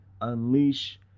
unleash